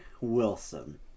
Wilson